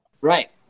Right